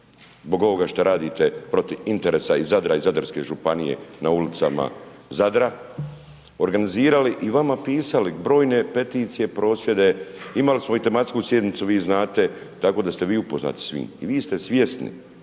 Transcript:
zbog ovoga šta radite protiv interesa i Zadra i Zadarske županije na ulicama Zadra. Organizirali i vama pisali brojne peticije, prosvjede imali smo i tematsku sjednicu, vi znate tako da ste vi upoznati, vi ste svjesni